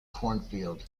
cornfield